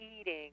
eating